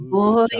Boy